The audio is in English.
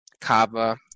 kava